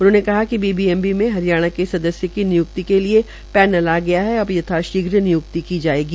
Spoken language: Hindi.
उन्होंने कहा कि बीबीएमबी में हरियाणा के सदस्य की निक्ति के लिए पैनल आ गया है अब यथा शीघ्र निय्क्ति की जायेगी